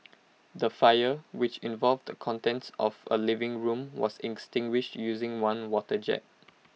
the fire which involved the contents of A living room was extinguished using one water jet